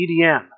EDM